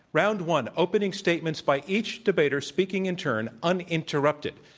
round one, opening statements by each debater speaking in turn, uninterrupted.